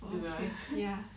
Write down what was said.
真的啊